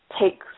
take